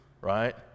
right